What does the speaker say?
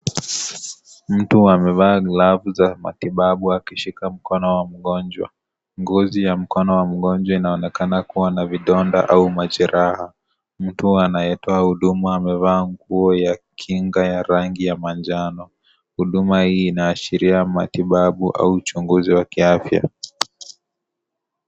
Mtu amevaa glavu za matibabu akiashika mikono za mgonjwa. Ngozi ya mgonjwa inaonekana kuwa na vidonda au majeraha. Mtu anayetoa huduma amevaa nguo ya kinga ya rangi ya manjano. Huduma hii inaashiria matibabu au uchunguzi wa kiafya.